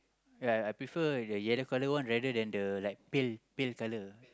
ya I prefer the yellow colour one rather than the pale pale colour